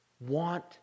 want